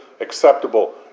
acceptable